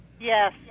Yes